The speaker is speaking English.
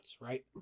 right